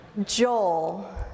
Joel